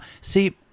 see